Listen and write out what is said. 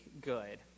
good